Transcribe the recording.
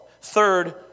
Third